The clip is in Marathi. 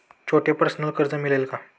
छोटे पर्सनल कर्ज मिळेल का?